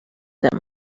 him